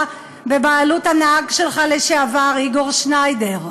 בבעלות הנהג שלך לשעבר איגור שניידר?